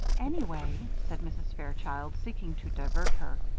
anyway, said mrs. fairchild, seeking to divert her,